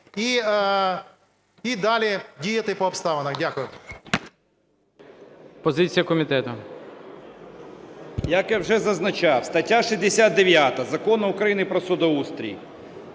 І далі діяти по обставинах. Дякую.